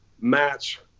match